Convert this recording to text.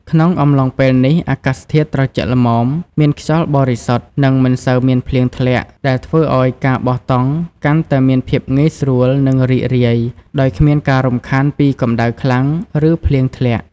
ក្នុងអំឡុងពេលនេះ អាកាសធាតុត្រជាក់ល្មម មានខ្យល់បរិសុទ្ធ និងមិនសូវមានភ្លៀងធ្លាក់ ដែលធ្វើឲ្យការបោះតង់កាន់តែមានភាពងាយស្រួល និងរីករាយ ដោយគ្មានការរំខានពីកម្ដៅខ្លាំង ឬភ្លៀងធ្លាក់។